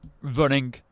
Running